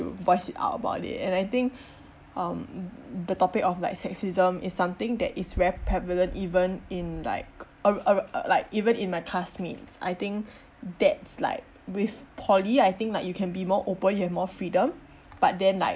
voice it out about it and I think um the topic of like sexism is something that is very prevalent even in like our our like even in my classmates I think that's like with poly I think like you can be more open you have more freedom but then like